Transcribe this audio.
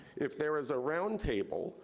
if there is a roundtable,